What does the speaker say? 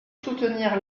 soutenir